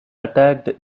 attacked